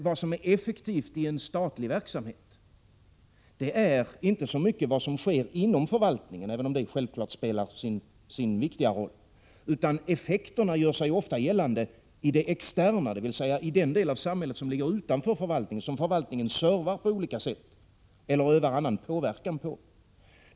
Vad som är effektivt i en statlig verksamhet är inte så mycket vad som sker inom 15 förvaltningen, även om det självfallet spelar sin viktiga roll, utan effektiviteten gör sig ofta gällande i den del av samhället som ligger utanför förvaltningen, som förvaltningen servar på olika sätt eller övar annan påverkan på.